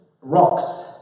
rocks